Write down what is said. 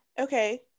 Okay